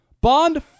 Bond